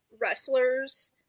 wrestlers